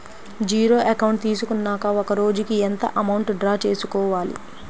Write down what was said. Zero account తీసుకున్నాక ఒక రోజుకి ఎంత అమౌంట్ డ్రా చేసుకోవాలి?